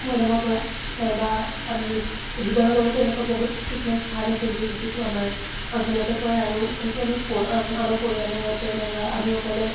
মৈদামৰ পৰা নাইবা আমি শিৱসাগৰতো এনেকুৱা বহুত কিছুমান স্থান আছে যি যিটো আমাৰ অঞ্চলতে পৰে আৰু সেইটো আমি প আমাৰ পৰিয়ালৰ সৈতে নাইবা আমি অকলে